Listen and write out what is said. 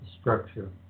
structure